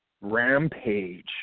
Rampage